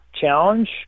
challenge